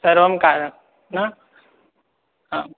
सर्वं कार न आं